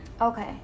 Okay